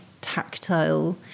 tactile